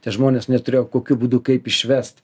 tie žmonės neturėjo kokiu būdu kaip išvest